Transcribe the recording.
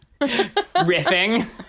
riffing